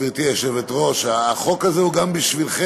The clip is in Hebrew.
גברתי היושבת-ראש, החוק הזה הוא גם בשבילכם.